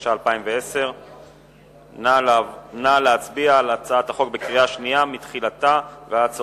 התש"ע 2010. נא להצביע על הצעת החוק בקריאה שנייה מתחילתה ועד סופה,